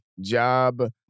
job